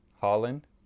holland